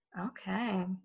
Okay